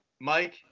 Mike